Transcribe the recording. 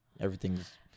everything's